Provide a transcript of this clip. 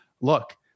Look